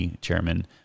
chairman